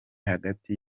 hagati